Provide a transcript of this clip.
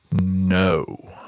No